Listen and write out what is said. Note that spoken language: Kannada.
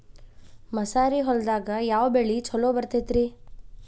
ಮಸಾರಿ ಹೊಲದಾಗ ಯಾವ ಬೆಳಿ ಛಲೋ ಬರತೈತ್ರೇ?